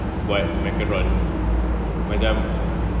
buat macaron macam